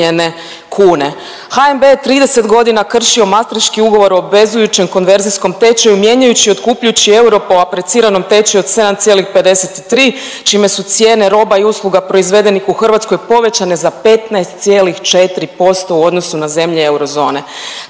HNB je 30 godina kršio Mastriški ugovor o obvezujućem konverzijskom tečaju mijenjajući i otkupljujući euro po apreciranom tečaju od 7,53 čime su cijene roba i usluga proizvedenih u Hrvatskoj povećane za 15,4% u odnosu na zemlje eurozone.